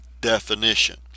definition